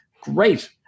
Great